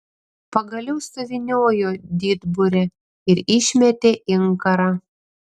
pagaliau suvyniojo didburę ir išmetė inkarą